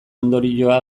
ondorioa